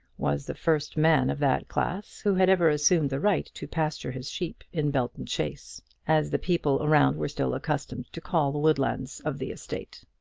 was the first man of that class who had ever assumed the right to pasture his sheep in belton chase as the people around were still accustomed to call the woodlands of the estate.